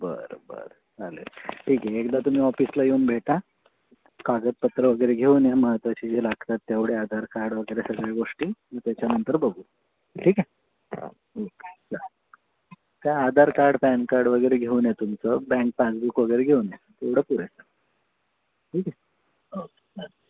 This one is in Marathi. बरं बरं चालेल ठीक आहे एकदा तुम्ही ऑफिसला येऊन भेटा कागदपत्रं वगैरे घेऊन या महत्त्वाची जे लागतात तेवढे आधार कार्ड वगैरे सगळ्या गोष्टी मग त्याच्यानंतर बघू ठीक आहे ओके काय आधार कार्ड पॅन कार्ड वगैरे घेऊन या तुमचं बँक पासबुक वगैरे घेऊन या तेवढं पुरेसं आहे ठीक आहे ओके चालेल